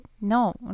No